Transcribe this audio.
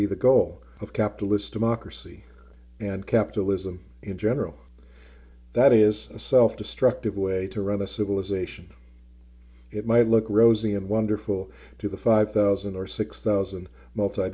be the goal of capitalist democracy and capitalism in general that is a self destructive way to run a civilization it might look rosy and wonderful to the five thousand or six thousand multi